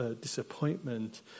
disappointment